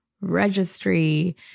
registry